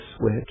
switch